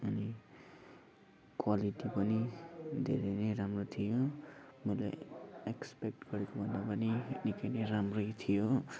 अनि क्वालिटी पनि धेरै नै राम्रो थियो मैले एक्स्पेक्ट गरेकोभन्दा पनि निकै नै राम्रै थियो